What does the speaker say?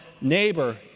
neighbor